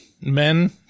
men